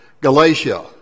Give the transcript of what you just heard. Galatia